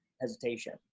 hesitation